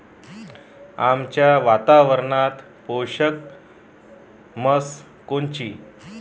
आमच्या वातावरनात पोषक म्हस कोनची?